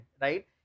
right